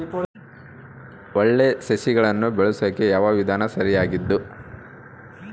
ಒಳ್ಳೆ ಸಸಿಗಳನ್ನು ಬೆಳೆಸೊಕೆ ಯಾವ ವಿಧಾನ ಸರಿಯಾಗಿದ್ದು?